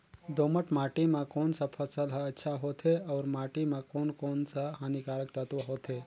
दोमट माटी मां कोन सा फसल ह अच्छा होथे अउर माटी म कोन कोन स हानिकारक तत्व होथे?